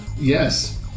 Yes